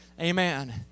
Amen